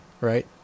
right